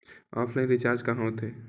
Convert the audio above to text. Offline recharge कहां होथे?